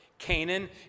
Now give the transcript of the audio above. Canaan